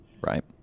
right